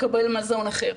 לקבל מזון אחר.